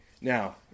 Now